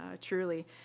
truly